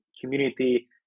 community